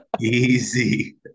easy